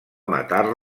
matar